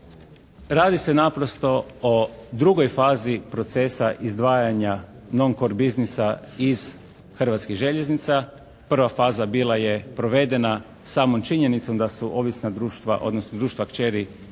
Radi se naprosto o drugoj fazi procesa izdvajanja nonkor biznisa iz Hrvatskih željeznica. Prva faza bila je provedena samom činjenicom da su ovisna društva, odnosno društva kćeri